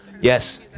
yes